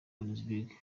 league